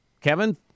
Kevin